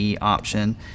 option